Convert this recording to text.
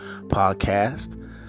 podcast